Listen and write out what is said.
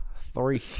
three